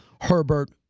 Herbert